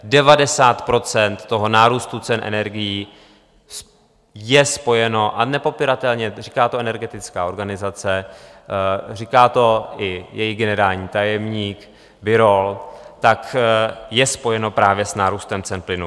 Devadesát procent toho nárůstu cen energií je spojeno, a nepopiratelně, říká to energetická organizace, říká to i její generální tajemník Birol, tak je spojeno právě s nárůstem cen plynu.